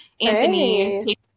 anthony